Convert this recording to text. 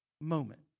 moment